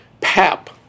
pap